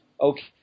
okay